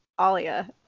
Alia